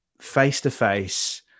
face-to-face